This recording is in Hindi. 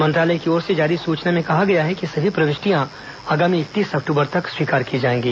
मंत्रालय की ओर से जारी सूचना में कहा गया है कि सभी प्रविष्टियां आगामी इकतीस अक्टूबर तक स्वीकार की जाएंगी